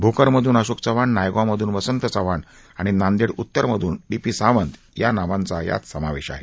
भोकरमधून अशोक चव्हाण नाय ांवमधून वसंत चव्हाण आणि नांदेड उत्तरमधून डी पी सावंत या नावांचा समावेश आहे